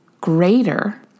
greater